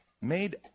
made